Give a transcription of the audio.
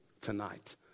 tonight